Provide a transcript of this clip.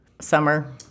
summer